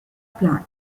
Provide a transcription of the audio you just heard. plant